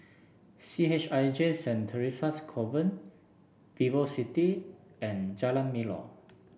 C H I J Saint Theresa's Convent VivoCity and Jalan Melor